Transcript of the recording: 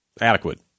adequate